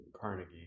Carnegie